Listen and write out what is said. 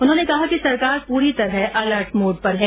उन्होंने कहा कि सरकार पूरी तरह अलर्ट मोड पर है